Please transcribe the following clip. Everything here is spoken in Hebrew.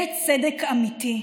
זה צדק אמיתי: